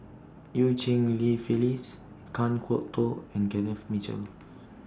EU Cheng Li Phyllis Kan Kwok Toh and Kenneth Mitchell